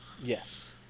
yes